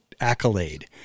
accolade